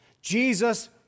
Jesus